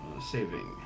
Saving